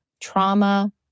trauma